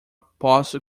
posso